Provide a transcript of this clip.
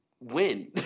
win